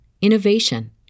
innovation